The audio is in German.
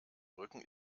brücken